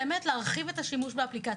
להרחיב את השימוש באפליקציה.